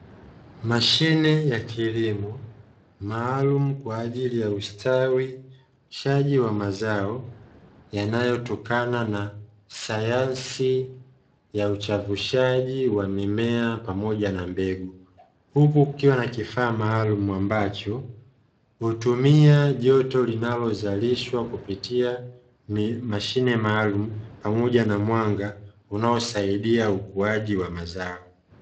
Mashine ya kilimo maalumu kwa ajili ya ustawishaji wa mazao, yanayotokana na sayansi ya uchavushaji wa mimea pamoja na mbegu, huku ukiwa na kifaa maalumu ambacho hutumia joto linalozalishwa kupitia mashine maalumu, pamoja na mwanga unaosaidia ukuaji wa mazao.